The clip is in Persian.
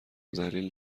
ذلیل